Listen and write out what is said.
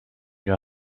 know